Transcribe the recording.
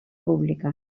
pública